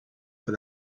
for